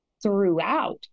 throughout